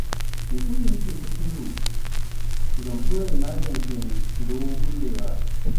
Mi ɓuri yikki kotiiru ngam ɓurai maganki yam dow ullewa.